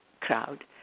crowd